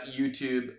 YouTube